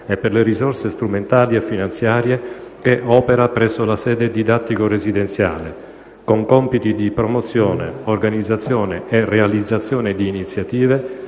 e per le risorse strumentali e finanziarie, che opera presso la sede didattico-residenziale, con compiti di promozione, organizzazione e realizzazione di iniziative,